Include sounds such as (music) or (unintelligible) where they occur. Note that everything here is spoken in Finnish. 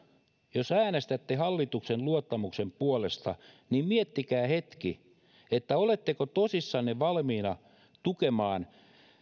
jos äänestätte hallituksen luottamuksen puolesta (unintelligible) miettikää hetki oletteko tosissanne valmiita tukemaan (unintelligible) (unintelligible)